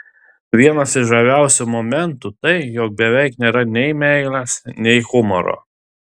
vienas iš žaviausių momentų tai jog beveik nėra nei meilės nei humoro